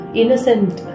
innocent